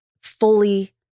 fully